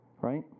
Right